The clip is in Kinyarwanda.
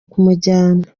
kumujyana